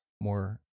more